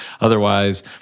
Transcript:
otherwise